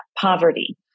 Poverty